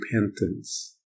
repentance